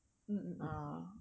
mm mmhmm